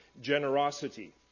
generosity